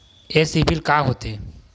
ये सीबिल का होथे?